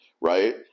Right